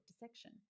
dissection